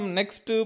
next